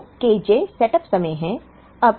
तो K j setup समय है